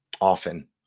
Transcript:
often